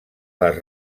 les